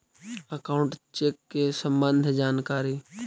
Account check के सम्बन्ध जानकारी?